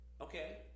Okay